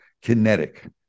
kinetic